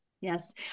Yes